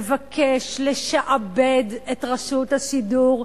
מבקש לשעבד את רשות השידור,